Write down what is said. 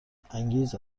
انگیز